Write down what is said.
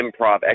improv